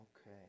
Okay